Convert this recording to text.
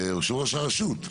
הרשות,